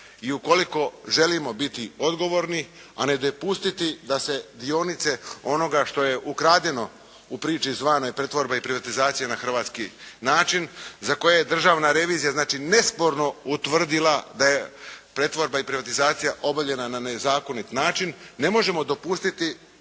i ukoliko želimo biti odgovorni a ne dopustiti da se dionice onoga što je ukradeno, u priči zvano pretvorba i privatizacija na Hrvatski način, za koje je državna revizija nesporno utvrdila da je pretvorba i privatizacija obavljena na nezakonit način ne možemo dopustiti,